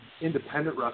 Independent